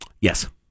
Yes